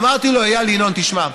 אמרתי לו: איל ינון, תשמע,